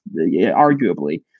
arguably